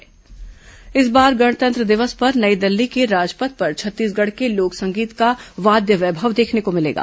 गणतंत्र दिवस झांकी इस बार गणतंत्र दिवस पर नई दिल्ली के राजपथ पर छत्तीसगढ़ के लोक संगीत का वाद्य वैभव देखने को मिलेगा